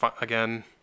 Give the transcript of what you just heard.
again